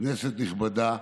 כנסת נכבדה,